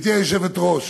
גברתי היושבת-ראש,